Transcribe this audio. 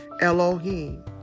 Elohim